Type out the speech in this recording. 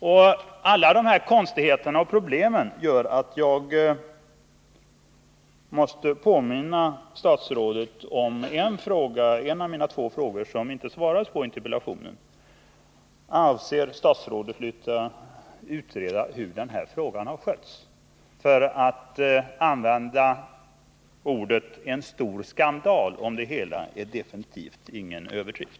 Med hänsyn till alla dessa konstigheter och problem måste jag påminna statsrådet om den av mina båda frågor som han inte besvarade i interpellationssvaret: Avser statsrådet låta utreda hur den här saken har skötts? Att säga att det är en stor skandal är definitivt ingen överdrift.